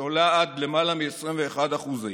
שעולה עד למעלה מ-21% היום,